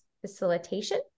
facilitation